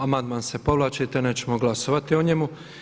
Amandman se povlači te nećemo glasovati o njemu.